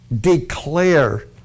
declare